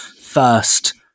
first